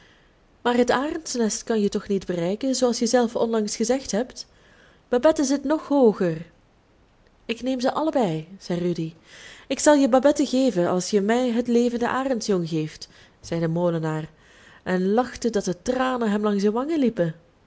maar het arendsnest kan je toch niet bereiken zooals je zelf onlangs gezegd hebt babette zit nog hooger ik neem ze allebei zei rudy ik zal je babette geven als je mij het levende arendsjong geeft zei de molenaar en lachte dat de tranen hem langs de wangen liepen